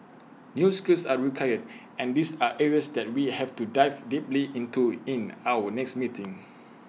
new skills are required and these are areas that we have to dive deeply into in our next meeting